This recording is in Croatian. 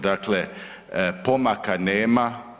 Dakle, pomaka nema.